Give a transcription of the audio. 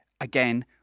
again